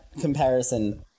comparison